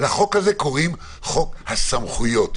לחוק הזה קוראים "חוק הסמכויות".